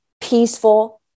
peaceful